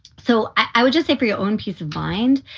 so i would just say for your own peace of mind,